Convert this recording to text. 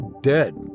dead